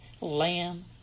lamb